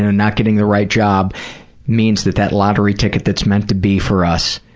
not getting the right job means that that lottery ticket that's meant to be for us